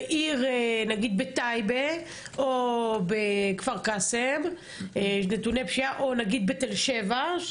בטייבה או בכפר קאסם או בתל שבע,